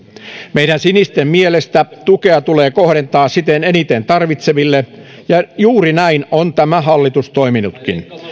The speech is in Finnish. meidän sinisten mielestä tukea tulee kohdentaa sitä eniten tarvitseville ja juuri näin on tämä hallitus toiminutkin